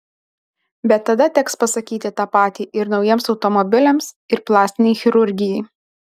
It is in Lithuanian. bet tada teks pasakyti tą patį ir naujiems automobiliams ir plastinei chirurgijai